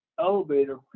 elevator